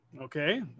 Okay